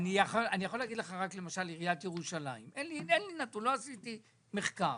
לא עשיתי מחקר.